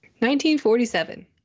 1947